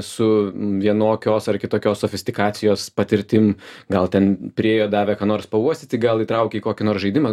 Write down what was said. su vienokios ar kitokios sofistikacijos patirtim gal ten priėjo davė ką nors pauostyti gal įtraukė į kokį nors žaidimą